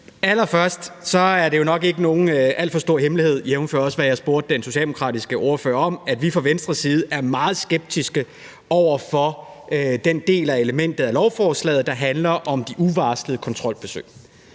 jeg spurgte den socialdemokratiske ordfører om, at vi fra Venstres side er meget skeptiske over for den del af elementet af lovforslaget, der handler om de uvarslede kontrolbesøg.